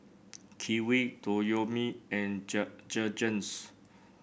Kiwi Toyomi and Jergens